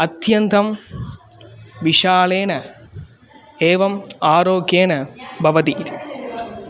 अत्यन्तं विशालेन एवम् आरोग्येन भवति